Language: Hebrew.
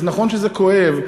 אז נכון שזה כואב,